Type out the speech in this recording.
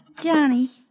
Johnny